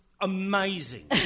amazing